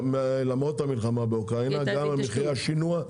למרות המלחמה באוקראינה, גם מחירי השינוע.